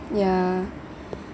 yeah